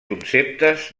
conceptes